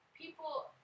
People